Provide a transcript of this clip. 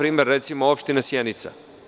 Recimo, opština Sjenica.